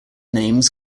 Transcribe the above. names